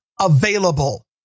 available